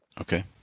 okay